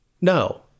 no